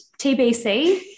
TBC